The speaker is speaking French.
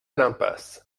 l’impasse